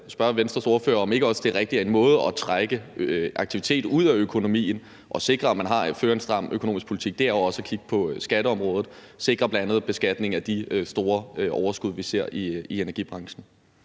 spørge Venstres ordfører, om ikke også det er rigtigt, at en måde at trække aktivitet ud af økonomien og sikre, at man fører en stram økonomisk politik, jo også er, at man kigger på skatteområdet, bl.a. sikre beskatning af de store overskud, vi ser i energibranchen.